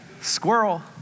Squirrel